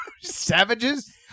savages